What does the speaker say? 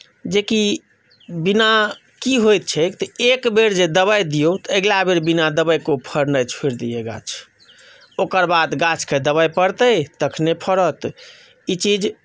जेकि बिना की होइत छै तऽ एकबेर जे दवाइ दियौ तऽ अगिला बेर बिना दवाइके ओ फरनाय छोड़ि दैए ओ गाछ ओकर बाद गाछकेँ दवाइ पड़तै तखनहि फरत ई चीज